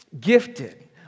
Gifted